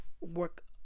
work